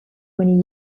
many